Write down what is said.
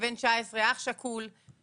כבן 19, אח שכול.